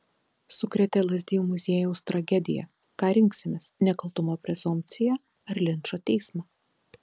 sukrėtė lazdijų muziejaus tragedija ką rinksimės nekaltumo prezumpciją ar linčo teismą